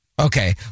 Okay